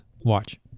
watch